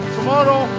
Tomorrow